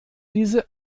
diese